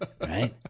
right